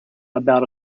about